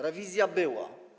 Rewizja była.